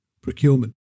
procurement